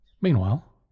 Meanwhile